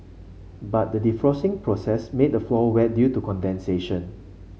but the defrosting process made the floor wet due to condensation